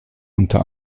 unter